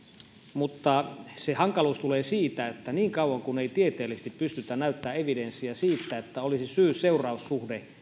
mutta se hankaluus tulee siitä että niin kauan kuin ei tieteellisesti pystytä näyttämään evidenssiä siitä että olisi syy seuraus suhde